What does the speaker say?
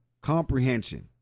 Comprehension